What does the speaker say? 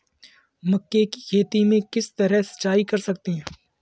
मक्के की खेती में किस तरह सिंचाई कर सकते हैं?